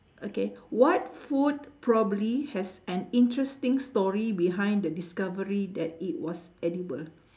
okay what food probably has an interesting story behind the discovery that it was edible